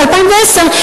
ב-2010,